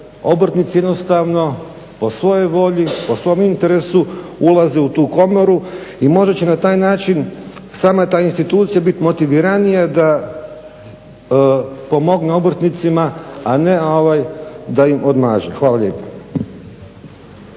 obrtnici jednostavno po svojoj volji, po svom interesu ulaze u tu komoru i možda će na taj način sama ta institucija bit motiviranija da pomogne obrtnicima, a ne da im odmaže. Hvala lijepa.